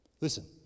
Listen